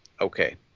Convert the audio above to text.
Okay